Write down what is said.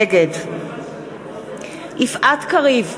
נגד יפעת קריב,